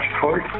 Court